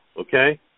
okay